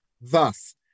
thus